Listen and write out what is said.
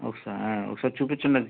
ఒకసా ఒకసారి చూపించండి అది